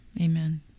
Amen